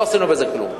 לא עשינו בזה כלום.